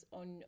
on